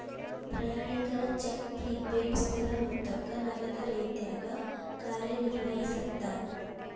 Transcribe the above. ಪ್ರಯಾಣಿಕರ check prepaid ಸ್ಥಿರ ಮೊತ್ತಕ್ಕ ನಗದ ರೇತ್ಯಾಗ ಕಾರ್ಯನಿರ್ವಹಿಸತ್ತ